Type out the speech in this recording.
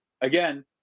again